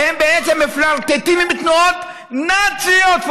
שהם בעצם מפלרטטים עם תנועות נאציות,